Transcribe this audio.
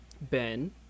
Ben